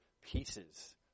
pieces